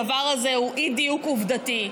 הדבר הזה הוא אי-דיוק עובדתי.